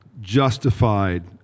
justified